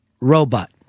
robot